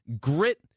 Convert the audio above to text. grit